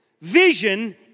Vision